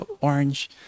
orange